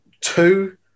two